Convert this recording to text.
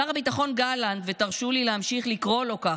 שר הביטחון גלנט, ותרשו לי להמשיך לקרוא לו כך,